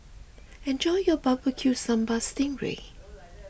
enjoy your Barbecue Sambal Sting Ray